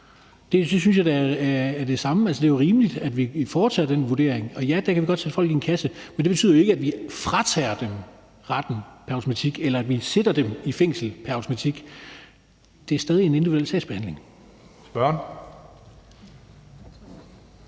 Det synes jeg da er det samme. Altså, det er jo rimeligt, at vi foretager den vurdering. Og ja, der kan vi godt sætte folk i en kasse, men det betyder jo ikke, at vi fratager dem retten pr. automatik, eller at vi sætter dem i fængsel pr. automatik. Det er stadig en individuel sagsbehandling. Kl.